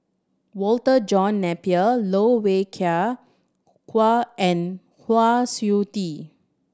Walter John Napier Loh Wai Kiew Kwa and Kwa Siew Tee